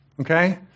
okay